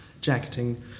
jacketing